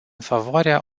favoarea